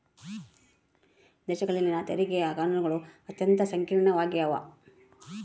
ದೇಶಗಳಲ್ಲಿನ ತೆರಿಗೆ ಕಾನೂನುಗಳು ಅತ್ಯಂತ ಸಂಕೀರ್ಣವಾಗ್ಯವ